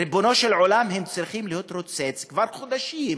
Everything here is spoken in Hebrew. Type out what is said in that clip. ריבונו של עולם, הם צריכים להתרוצץ כבר חודשים,